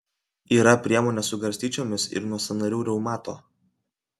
yra priemonė su garstyčiomis ir nuo sąnarių reumato